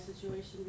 situation